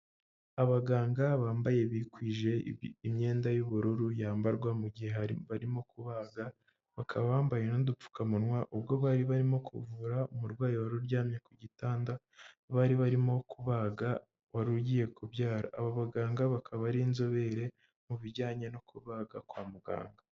Abaganga bambaye bikwije imyenda y'ubururu yambarwa mu gihe barimo kubaga bakaba bambaye n'udupfukamunwa ubwo bari barimo kuvura umurwayi wari uryamye ku gitanda bari barimo kubaga wari ugiye kubyara, abo baganga bakaba bari inzobere mu bijyanye no kubaga kwa muganga.